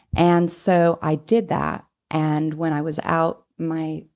and so i did that and when i was out my,